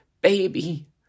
baby